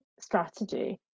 strategy